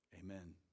Amen